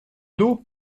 d’eau